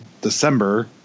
December